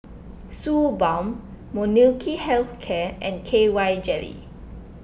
Suu Balm Molnylcke Health Care and K Y Jelly